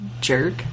Jerk